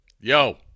Yo